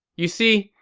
you see,